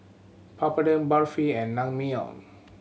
Papadum Barfi and Naengmyeon